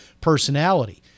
personality